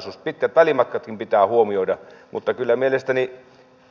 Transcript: siis pitkät välimatkatkin pitää huomioida mutta kyllä mielestäni